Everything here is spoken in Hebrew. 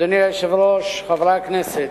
אדוני היושב-ראש, חברי הכנסת,